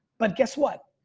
but guess what?